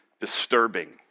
disturbing